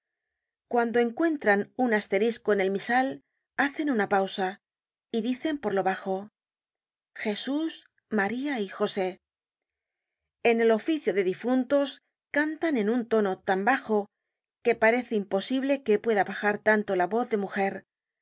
cuando encuentran un asterisco en el misal hacen una pausa y dicen por lo bajo jesús maría y josé en el oficio de difuntos cantan en un tono tan bajo que parece imposible que pueda bajar tanto la voz de mujer